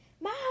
Mom